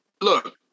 look